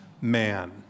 man